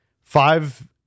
five